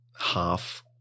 half